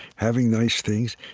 having nice things,